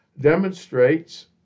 demonstrates